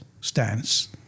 stance